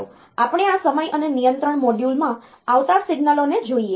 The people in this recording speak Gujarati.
ચાલો આપણે આ સમય અને નિયંત્રણ મોડ્યુલ માં આવતા સિગ્નલોને જોઈએ